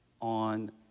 on